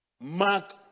Mark